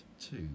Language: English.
two